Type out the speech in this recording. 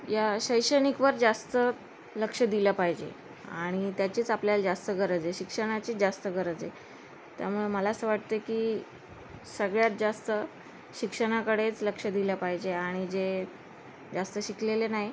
या शैक्षणिकवर जास्त लक्ष दिलं पाहिजे आणि त्याचीच आपल्याला जास्त गरज आहे शिक्षणाचीच जास्त गरज आहे त्यामुळे मला असं वाटतं आहे की सगळ्यात जास्त शिक्षणाकडेच लक्ष दिलं पाहिजे आणि जे जास्त शिकलेले नाही